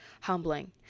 humbling